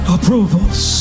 Approvals